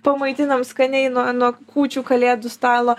pamaitinam skaniai nuo nuo kūčių kalėdų stalo